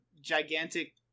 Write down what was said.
gigantic